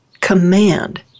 command